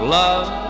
love